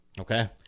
Okay